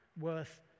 worth